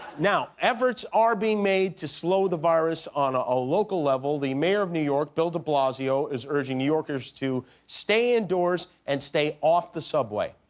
now, efforts are being made to slow the virus on a ah local level. the mayor of new york, bill de blasio, is urging new yorkers to stay indoors and stay off the subway.